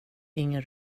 ingen